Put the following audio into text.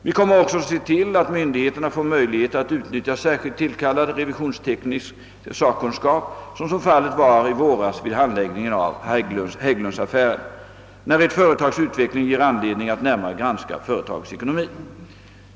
Vi kommer också att se till att myndigheterna får möjligheter att utnyttja särskilt tillkallad revisionsteknisk sakkunskap — såsom fallet var i våras vid handläggningen av Hägglundsaffären — när ett företags utveckling ger anledning att närmare granska dess ekonomi.